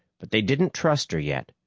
but they didn't trust her yet.